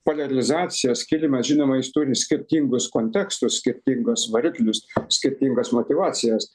poliarizacijos kilimas žinoma jis turi skirtingus kontekstus skirtingus variklius skirtingas motyvacijas